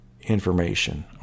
information